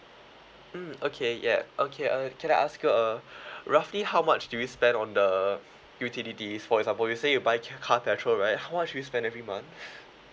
mm okay ya okay uh can I ask you uh roughly how much do you spend on the utilities for example you say you buy ca~ car petrol right how much do you spend every month